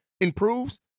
improves